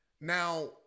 Now